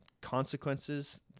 consequences